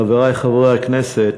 חברי חברי הכנסת,